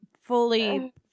fully